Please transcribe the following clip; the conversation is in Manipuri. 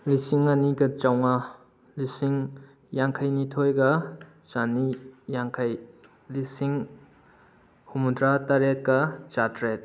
ꯂꯤꯁꯤꯡ ꯑꯅꯤꯒ ꯆꯥꯃꯉꯥ ꯂꯤꯁꯤꯡ ꯌꯥꯡꯈꯩꯅꯤꯊꯣꯏꯒ ꯆꯅꯤ ꯌꯥꯡꯈꯩ ꯂꯤꯁꯤꯡ ꯍꯨꯝꯐꯨꯇꯔꯥ ꯇꯔꯦꯠꯀ ꯆꯥꯇ꯭ꯔꯦꯠ